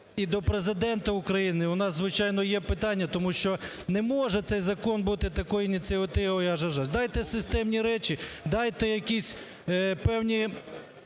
і до Президента України у нас звичайно є питання, тому що не може цей Закон бути такою ініціативою "аж-аж-аж"! Дайте системні речі, дайте якісь певні